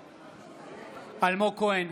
בעד אלמוג כהן,